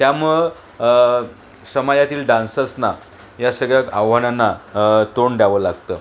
त्यामुळं समाजातील डान्सर्सना या सगळ्या आव्हानांना तोंड द्यावं लागतं